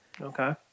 Okay